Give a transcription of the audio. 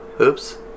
oops